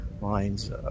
lines